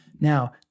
Now